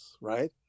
right